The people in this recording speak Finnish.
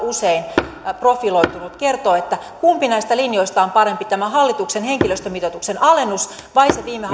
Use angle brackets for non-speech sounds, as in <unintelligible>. <unintelligible> usein profiloitunut kertoo kumpi näistä linjoista on parempi tämä hallituksen henkilöstömitoituksen alennus vai se viime <unintelligible>